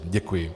Děkuji.